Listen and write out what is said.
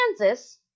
Kansas